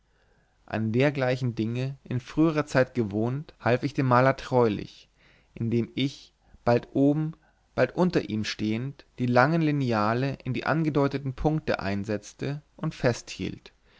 an dergleichen dinge in früherer zeit gewöhnt half ich dem maler treulich indem ich bald oben bald unter ihm stehend die langen lineale in die angedeuteten punkte einsetzte und festhielt